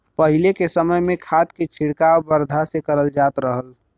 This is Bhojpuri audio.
पहिले के समय में खाद के छिड़काव बरधा से करल जात रहल